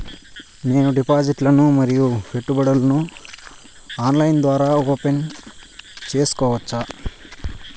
నేను డిపాజిట్లు ను మరియు పెట్టుబడులను ఆన్లైన్ ద్వారా ఓపెన్ సేసుకోవచ్చా?